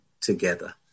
together